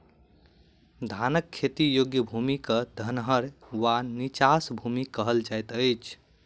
धानक खेती योग्य भूमि क धनहर वा नीचाँस भूमि कहल जाइत अछि